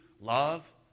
love